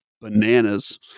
bananas